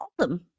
Awesome